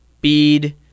bead